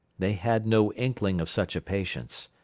they had no inkling of such a patience.